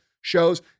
shows